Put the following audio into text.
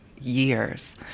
years